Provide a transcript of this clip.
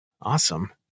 Awesome